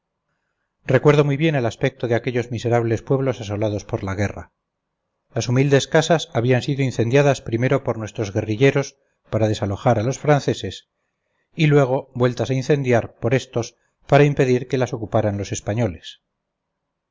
recuerdo muy bien el aspecto de aquellos miserables pueblos asolados por la guerra las humildes casas habían sido incendiadas primero por nuestros guerrilleros para desalojar a los franceses y luego vueltas a incendiar por estos para impedir que las ocuparan los españoles